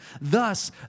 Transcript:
Thus